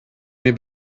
mir